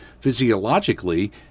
physiologically